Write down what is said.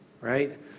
right